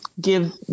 give